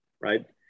Right